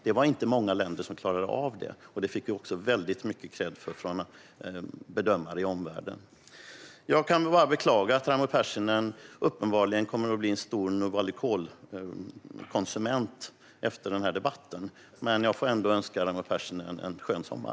Det var inte många länder som klarade av det, och detta fick vi mycket kredd för från bedömare i omvärlden. Jag kan bara beklaga att Raimo Pärssinen uppenbarligen kommer att bli en storkonsument av Novalucol efter denna debatt. Jag får ändå önska Raimo Pärssinen en skön sommar.